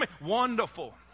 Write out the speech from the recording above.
Wonderful